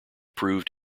proved